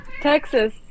Texas